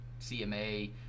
cma